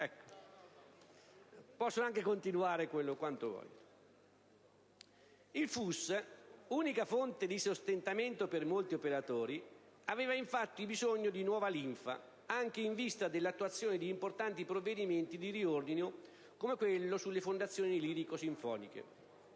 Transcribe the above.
Il FUS, unica fonte di sostentamento per molti operatori, aveva infatti bisogno di nuova linfa, anche in vista dell'attuazione di importanti provvedimenti di riordino come quello sulle fondazioni lirico-sinfoniche.